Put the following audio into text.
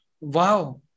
Wow